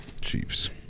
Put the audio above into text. Chiefs